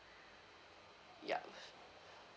yup